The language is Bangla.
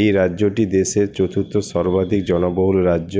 এই রাজ্যটি দেশের চতুর্থ সর্বাধিক জনবহুল রাজ্য